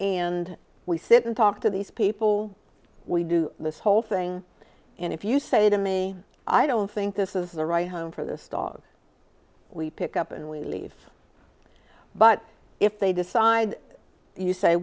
and we sit and talk to these people we do this whole thing and if you say to me i don't think this is the right home for this dog we pick up and we leave but if they decide you say